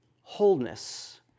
wholeness